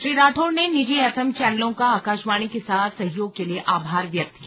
श्री राठौड़ ने निजी एफएम चैनलों का आकाशवाणी के साथ सहयोग के लिए आभार व्यक्त किया